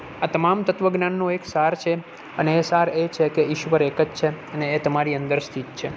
આ તમામ તત્ત્વજ્ઞાનનો એક સાર છે અને એ સાર એ છે કે ઈશ્વર એક જ છે અને એ તમારી અંદરથી જ છે